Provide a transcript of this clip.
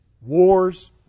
wars